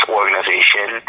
organization